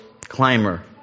climber